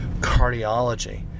Cardiology